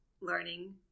learning